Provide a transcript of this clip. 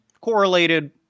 correlated